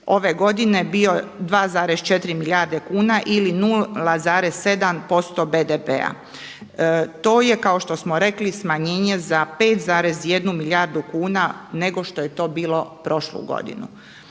ove godine bio 2,4 milijarde kuna ili 0,7% BDP-a. to je kao što smo rekli smanjenje za 5,1 milijardu kuna nego što je to bilo prošlu godinu.